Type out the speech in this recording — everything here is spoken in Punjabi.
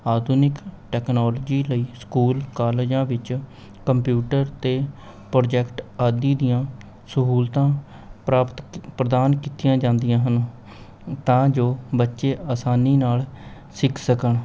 ਆਧੁਨਿਕ ਟੈਕਨੋਲਜੀ ਲਈ ਸਕੂਲ ਕਾਲਜਾਂ ਵਿੱਚ ਕੰਪਿਊਟਰ ਅਤੇ ਪ੍ਰੋਜੈਕਟ ਆਦਿ ਦੀਆਂ ਸਹੂਲਤਾਂ ਪ੍ਰਾਪਤ ਪ੍ਰਦਾਨ ਕੀਤੀਆਂ ਜਾਂਦੀਆਂ ਹਨ ਤਾਂ ਜੋ ਬੱਚੇ ਆਸਾਨੀ ਨਾਲ਼ ਸਿੱਖ ਸਕਣ